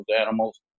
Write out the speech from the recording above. animals